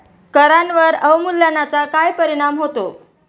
करांवर अवमूल्यनाचा काय परिणाम होतो?